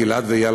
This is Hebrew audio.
גיל-עד ואיל,